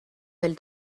del